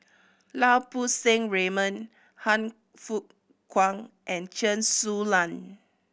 Lau Poo Seng Raymond Han Fook Kwang and Chen Su Lan